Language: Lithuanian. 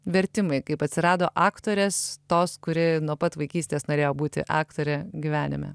vertimai kaip atsirado aktorės tos kuri nuo pat vaikystės norėjo būti aktorė gyvenime